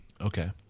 Okay